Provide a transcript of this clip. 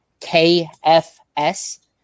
KFS